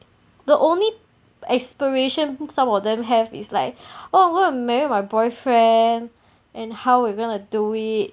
the only aspiration some of them have is like oh we're married my boyfriend and how we're gonna do it